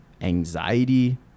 anxiety